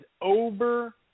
over